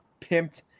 pimped